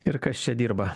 ir kas čia dirba